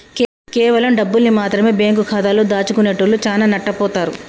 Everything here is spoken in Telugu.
కేవలం డబ్బుల్ని మాత్రమె బ్యేంకు ఖాతాలో దాచుకునేటోల్లు చానా నట్టబోతారు